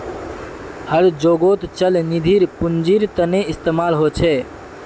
हर जोगोत चल निधिर पुन्जिर तने इस्तेमाल होचे